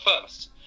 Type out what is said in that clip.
first